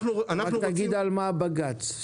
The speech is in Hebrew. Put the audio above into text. רק תגיד על מה העתירה לבג"ץ.